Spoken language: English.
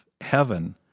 heaven